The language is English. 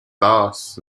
thus